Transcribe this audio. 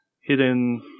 Hidden